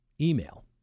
Email